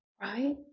right